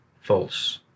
false